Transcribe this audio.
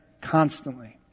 Constantly